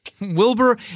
Wilbur